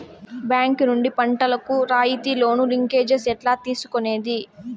Bank నుండి పంటలు కు రాయితీ లోను, లింకేజస్ ఎట్లా తీసుకొనేది?